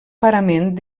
parament